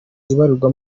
ibarirwa